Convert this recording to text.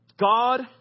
God